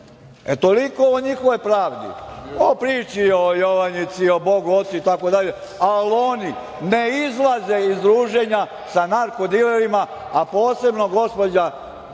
Toliko o njihovoj pravdi. O priči o Jovanjici, o bogu ocu itd, ali oni ne izlaze iz druženja sa narko-dilerima, a posebno gospođa